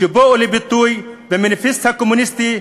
שבאו לביטוי במניפסט הקומוניסטי,